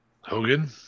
Hogan